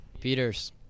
Peters